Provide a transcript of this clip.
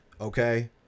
Okay